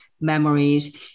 memories